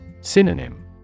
Synonym